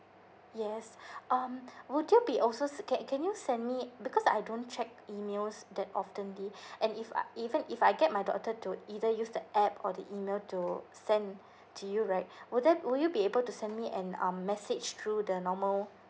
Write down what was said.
yes um would you be also can can you send me because I don't check emails that oftenly and if I even if I get my daughter to either use the app or the email to send to you right would that will you be able to send me an um message through the normal